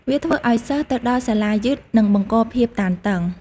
វាធ្វើឱ្យសិស្សទៅដល់សាលាយឺតនិងបង្កភាពតានតឹង។